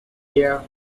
here